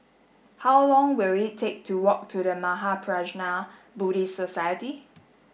how long will it take to walk to The Mahaprajna Buddhist Society